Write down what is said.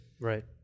Right